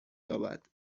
یابد